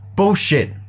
Bullshit